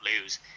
lose